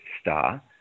star